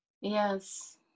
Yes